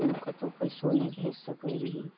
ओहिमे कतहु पैसो नहि भेज सकै रहियै